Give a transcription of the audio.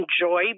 enjoy